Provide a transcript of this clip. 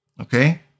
okay